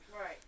Right